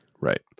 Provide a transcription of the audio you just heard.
Right